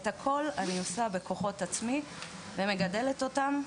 את הכול אני עושה בכוחות עצמי ומגדלת אותן,